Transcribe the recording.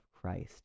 Christ